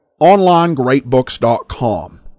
OnlineGreatBooks.com